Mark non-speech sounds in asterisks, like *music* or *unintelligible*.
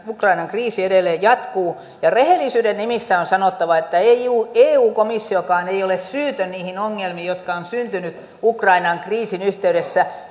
ukrainan kriisi edelleen jatkuu ja rehellisyyden nimissä on sanottava että eu eu komissiokaan ei ole syytön niihin ongelmiin jotka ovat syntyneet ukrainan kriisin yhteydessä *unintelligible*